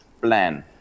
plan